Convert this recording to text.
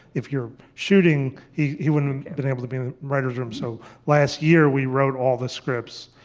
if you're shooting, he he wouldn't have been able to be in the writers' room. so last year we wrote all the scripts,